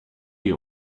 you